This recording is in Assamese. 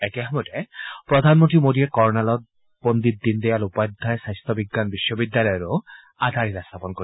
একে সময়তে প্ৰধানমন্ত্ৰী মোদীয়ে কৰ্ণালত পণ্ডিত দীনদয়াল উপাধ্যায় স্বাস্থ্য বিজ্ঞান বিশ্ববিদ্যালয়ৰো আধাৰশিলা স্থাপন কৰিব